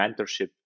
mentorship